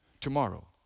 tomorrow